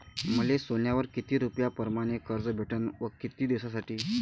मले सोन्यावर किती रुपया परमाने कर्ज भेटन व किती दिसासाठी?